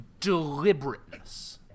deliberateness